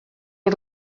els